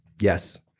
yes,